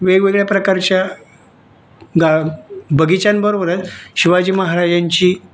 वेगवेगळ्या प्रकारच्या गा बगीचांबरोबरच शिवाजी महाराजांची